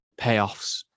payoffs